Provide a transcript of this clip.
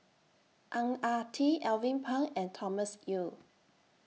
Ang Ah Tee Alvin Pang and Thomas Yeo